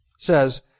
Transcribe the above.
Says